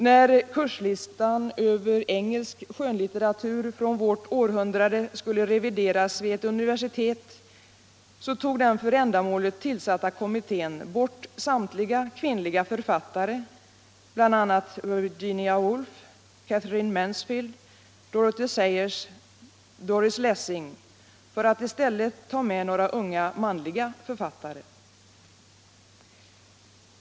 När kurslistan över engelsk skönlitteratur från vårt århundrade skulle revideras vid ett universitet, tog den för ändamålet tillsatta kommittén bort samtliga kvinnliga författare, bl.a. Virginia Woolf, Katherine Mansfield, Dorothy Sayers och Doris Lessing, för att i stället ta med några unga manliga författare.